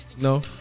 No